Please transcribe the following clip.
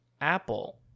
Apple